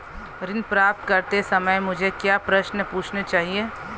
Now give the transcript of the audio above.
ऋण प्राप्त करते समय मुझे क्या प्रश्न पूछने चाहिए?